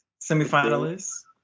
Semifinalists